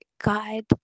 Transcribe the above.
God